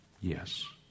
Yes